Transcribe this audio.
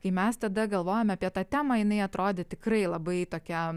kai mes tada galvojom apie tą temą jinai atrodė tikrai labai tokia